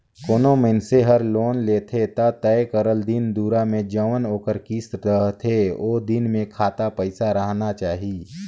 कोनो मइनसे हर लोन लेथे ता तय करल दिन दुरा में जउन ओकर किस्त रहथे ओ दिन में खाता पइसा राहना चाही